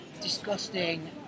disgusting